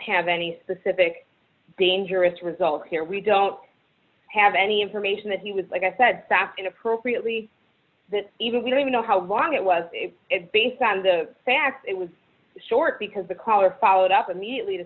have any specific dangerous results here we don't have any information that he was like i said back in appropriately that even we don't even know how long it was based on the fact it was short because the caller followed up immediately to